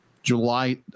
July